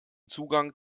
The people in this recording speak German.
zugang